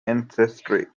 ancestry